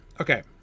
Okay